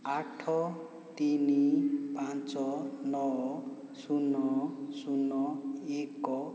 ଆଠ ତିନି ପାଞ୍ଚ ନଅ ଶୂନ ଶୂନ ଏକ